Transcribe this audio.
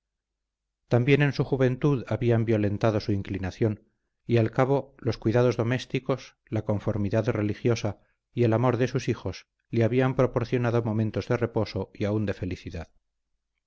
también en su juventud habían violentado su inclinación y al cabo los cuidados domésticos la conformidad religiosa y el amor de sus hijos le habían proporcionado momentos de reposo y aun de felicidad